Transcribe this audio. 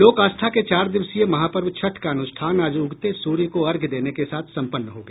लोक आस्था के चार दिवसीय महापर्व छठ का अनुष्ठान आज उगते सूर्य को अर्घ्य देने के साथ संपन्न हो गया